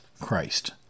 Christ